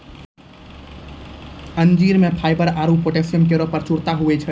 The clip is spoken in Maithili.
अंजीर म फाइबर आरु पोटैशियम केरो प्रचुरता होय छै